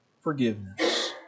forgiveness